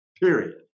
period